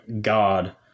God